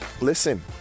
Listen